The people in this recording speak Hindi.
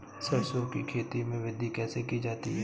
सरसो की खेती में वृद्धि कैसे की जाती है?